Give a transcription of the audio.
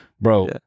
Bro